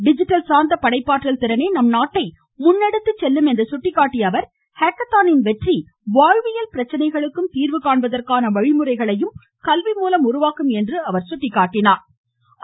digital சார்ந்த படைப்பாற்றல் திறனே நம் நாட்டை முன்னெடுத்துச் செல்லும் என்று சுட்டிக்காட்டிய அவர் ஹேக்கத்தானின் வெற்றி வாழ்வியல் பிரச்சனைகளுக்கும் தீர்வு காண்பதற்கான வழிமுறைகளையும் கல்வி மூலம் உருவாக்கும் என்று எடுத்துரைத்தாா்